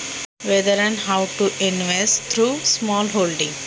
छोट्या रकमेद्वारे गुंतवणूक करू शकतो का व कशी?